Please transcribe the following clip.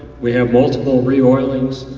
we had multiple re-oilings,